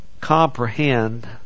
comprehend